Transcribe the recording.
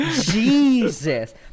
jesus